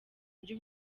njye